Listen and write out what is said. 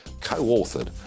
co-authored